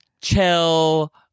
Chill